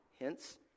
Hence